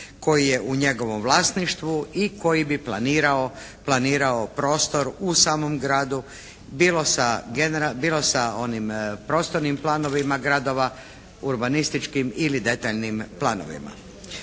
koji je u njegovom vlasništvu i koji bi planirao prostor u samom gradu bilo sa onim prostornim planovima gradova urbanističkim ili detaljnim planovima.